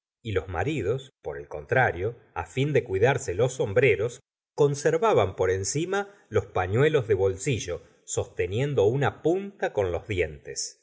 y los maridos por el contrario á fin de cuidarse los sombreros conservaban por encima los pafluelos de bolsillo sosteniendo una punta con los dientes